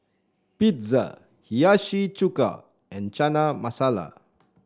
Pizza Hiyashi Chuka and Chana Masala